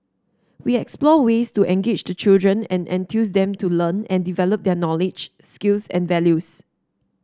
we explore ways to engage the children and enthuse them to learn and develop their knowledge skills and values